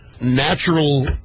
natural